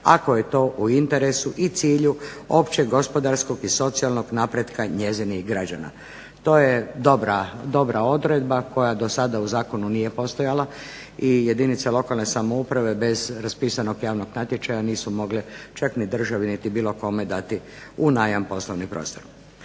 ako je to u interesu i cilju općeg gospodarskog i socijalnog napretka njezinih građana. To je dobra odredba koja do sada u zakonu nije postojala i jedinice lokalne samouprave bez raspisanog javnog natječaja nisu mogle čak niti državi niti bilo kome dati u najam poslovni prostor.